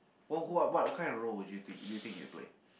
what what what kind of role do you think do you think you would play